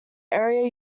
area